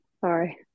sorry